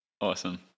awesome